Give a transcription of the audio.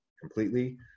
completely